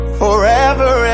forever